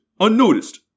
unnoticed